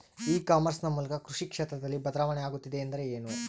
E commerce ನ ಮೂಲಕ ಕೃಷಿ ಕ್ಷೇತ್ರದಲ್ಲಿ ಬದಲಾವಣೆ ಆಗುತ್ತಿದೆ ಎಂದರೆ ಏನು?